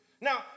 Now